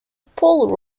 pole